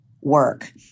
work